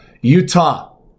utah